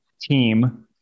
team